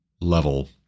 level